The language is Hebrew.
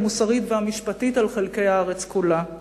המוסרית והמשפטית על חלקי הארץ כולה,